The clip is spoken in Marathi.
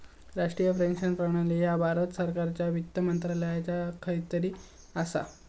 राष्ट्रीय पेन्शन प्रणाली ह्या भारत सरकारच्या वित्त मंत्रालयाच्या अखत्यारीत असा